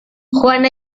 juana